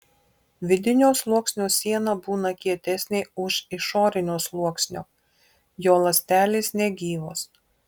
vidinio sluoksnio siena būna kietesnė už išorinio sluoksnio jo ląstelės negyvos